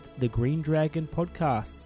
thegreendragonpodcasts